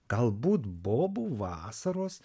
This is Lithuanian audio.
galbūt bobų vasaros